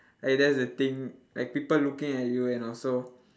like that's the thing like people looking at you and also